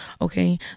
okay